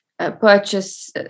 Purchase